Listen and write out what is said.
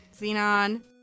Xenon